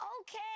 Okay